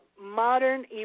modern